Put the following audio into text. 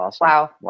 Wow